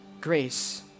grace